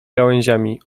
gałęziami